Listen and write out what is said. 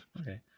okay